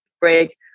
break